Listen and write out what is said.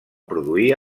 produir